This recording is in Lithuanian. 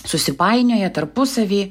susipainioję tarpusavy